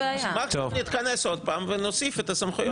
נתכנס עוד פעם ונוסיף את הסמכויות.